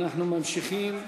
אנחנו ממשיכים.